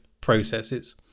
processes